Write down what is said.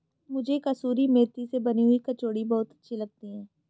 मुझे कसूरी मेथी से बनी हुई कचौड़ी बहुत अच्छी लगती है